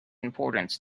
importance